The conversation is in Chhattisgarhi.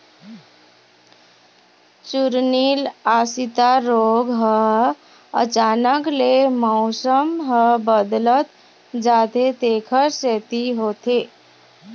चूर्निल आसिता रोग ह अचानक ले मउसम ह बदलत जाथे तेखर सेती होथे